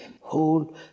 whole